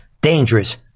dangerous